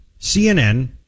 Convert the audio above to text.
CNN